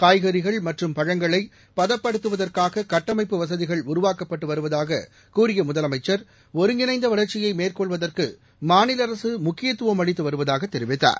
காய்கறிகள் மற்றும் பழங்களைபதப்படுத்துவதற்காககட்டனமப்பு வக்கிகள் உருவாக்கப்பட்டுவருவதாககூறியமுதலமைச்சர் ஒருங்கிணைந்தவளர்ச்சியைமேற்கொள்வதற்குமாநிலஅரசுமுக்கியத்துவம் அளித்துவருவதாகதெரிவித்தார்